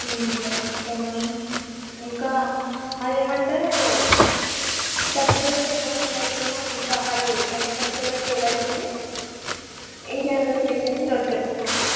okay ma'am ఇంకా అదేమంటరూ గచ్చిబౌలిలో ఎక్కువ సేల్ అవుతున్నాయి మ్యామ్ ఇంకా అది వెనీలా ఫ్లేవర్ సేల్ అవుతుంది ఇంకేమైనా సేల్ అయితే ఈరోజు చెప్తాను